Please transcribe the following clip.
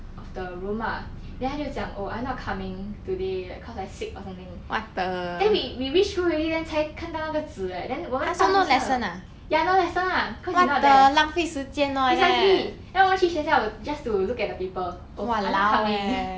of the room ah then 他就讲 oh I'm not coming today cause I sick or something then we we reach school already 才看到那个纸 leh then 我们到学校了 ya no lesson lah cause he not there precisely then 我们去学校 just to look at the paper oh I'm not coming